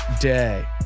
day